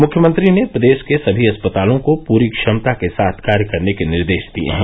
मुख्यमंत्री ने प्रदेश के समी अस्पतालों को पूरी क्षमता के साथ कार्य करने के निर्देश दिये हैं